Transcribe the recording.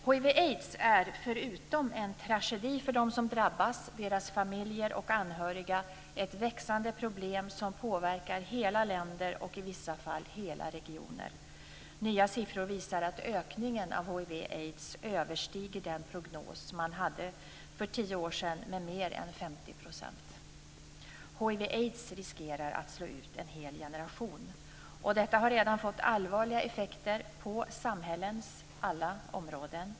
Hiv och aids är, förutom en tragedi för dem som drabbas, deras familjer och anhöriga, ett växande problem som påverkar hela länder och i vissa fall hela regioner. Nya siffror visar att ökningen av hiv och aids överstiger den prognos man hade för tio år sedan med mer än 50 %. Hiv och aids riskerar att slå ut en hel generation. Detta har redan fått allvarliga effekter på samhällens alla områden.